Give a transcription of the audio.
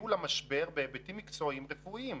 לניהול המשבר בהיבטים מקצועיים רפואיים.